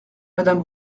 madame